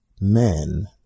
men